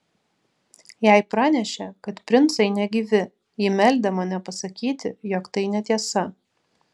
jai pranešė kad princai negyvi ji meldė mane pasakyti jog tai netiesa